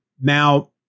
Now